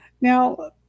Now